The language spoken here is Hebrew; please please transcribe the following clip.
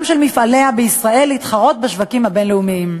של מפעלי כי"ל בישראל להתחרות בשווקים הבין-לאומיים.